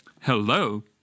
Hello